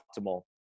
optimal